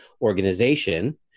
organization